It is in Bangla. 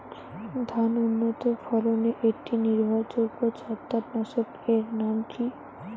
ধান উন্নত ফলনে একটি নির্ভরযোগ্য ছত্রাকনাশক এর নাম কি?